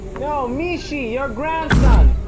no, mishy! your grandson!